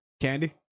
Candy